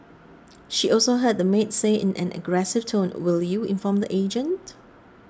she also heard the maid say in an aggressive tone will you inform the agent